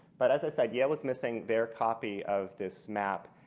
but as i said, yale was missing their copy of this map.